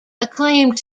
acclaimed